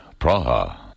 Praha